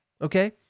okay